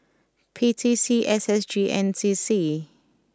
P T C S S G and N C C